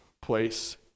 place